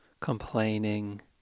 complaining